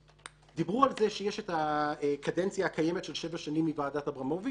דיברו על זה שיש קדנציה קיימת של שבע שנים מוועדת אברמוביץ